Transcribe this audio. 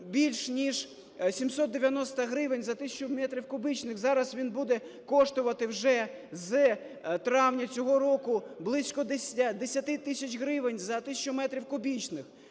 більш ніж 790 гривень за тисячу метрів кубічних, зараз він буде коштувати вже з травня цього року близько 10 тисяч гривень за тисячу метрів кубічних.